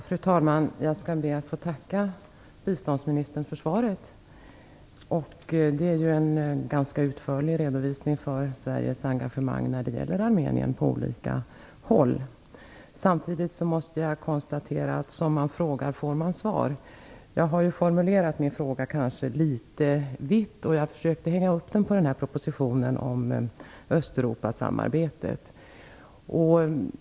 Fru talman! Jag ber att få tacka biståndsministern för svaret. Det är ju en ganska utförlig redovisning av Sveriges engagemang när det gäller Armenien. Samtidigt måste jag konstatera att som man frågar får man svar. Jag har ju kanske formulerat min fråga litet vitt. Jag försökte att hänga upp den på propositionen om Östeuropasamarbetet.